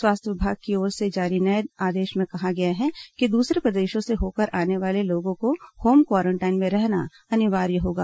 स्वास्थ्य विभाग की ओर से जारी नए आदेश में कहा गया है कि दूसरे प्रदेशों से होकर आने वाले लोगों को होम क्वारेंटाइन में रहना अनिवार्य होगा